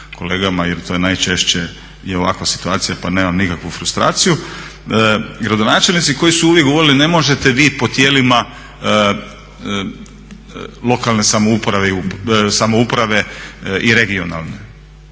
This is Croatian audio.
jer to je najčešće ovakva situacija pa nemam nikakvu frustraciju, gradonačelnici koji su uvijek govorili ne možete vi po tijelima lokalne samouprave i regionalne